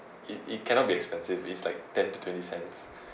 it it cannot be expensive it's like ten to twenty cents